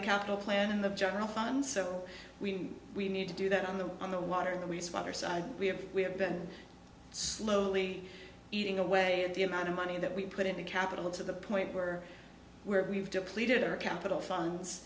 the capital plan and the general fund so we we need to do that on the on the water that we sweat or side we have we have been slowly eating away at the amount of money that we put in the capital to the point where we're we've depleted our capital funds